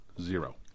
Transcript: Zero